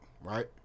Right